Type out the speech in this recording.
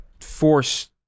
force